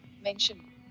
mention